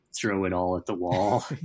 throw-it-all-at-the-wall